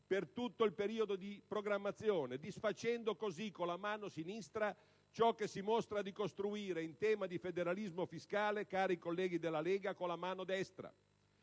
per tutto il periodo di programmazione, disfacendo così con la mano sinistra ciò che si mostra di costruire, in tema di federalismo fiscale, con la mano destra?